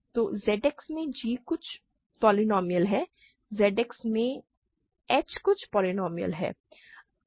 तो ZX में g कुछ बहुपद है Z X में h कुछ पोलीनोमिअल है